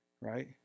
right